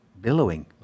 billowing